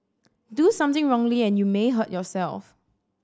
do something wrongly and you may hurt yourself